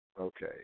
Okay